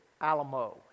Alamo